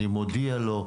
אני מודיע לו,